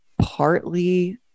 partly